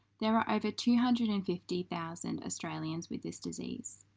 there are over two hundred and fifty thousand australians with this disease,